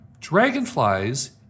Dragonflies